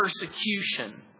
persecution